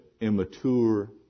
immature